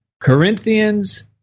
Corinthians